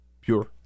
Pure